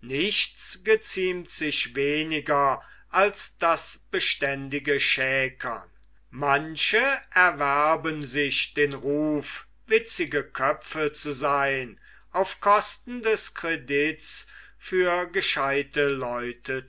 nichts geziemt sich weniger als das beständige schäkern manche erwerben sich den ruf witzige köpfe zu seyn auf kosten des kredits für gescheute leute